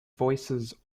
voices